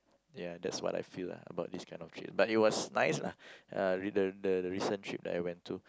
ya that's what I feel lah about these kinds of trips but it was nice lah uh re~ the the recent trip that I went to